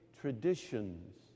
traditions